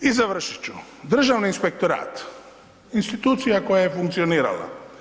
I završit ću Državni inspektorat, institucija koja je funkcionirala.